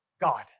God